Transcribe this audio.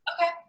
Okay